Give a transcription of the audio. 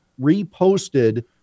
reposted